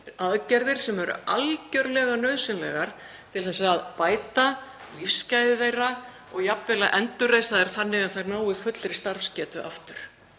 aðgerðir sem eru algjörlega nauðsynlegar til að bæta lífsgæði þeirra og jafnvel endurreisa þær þannig að þær nái fullri starfsgetu aftur?